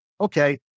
okay